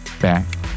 back